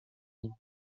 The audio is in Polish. nim